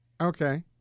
Okay